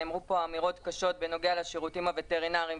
נאמרו פה אמירות קשות בנוגע לשירותים הווטרינרים.